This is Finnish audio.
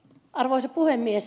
arvoisa puhemies